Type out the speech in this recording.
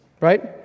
right